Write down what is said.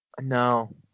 No